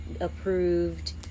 approved